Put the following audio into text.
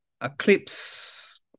eclipse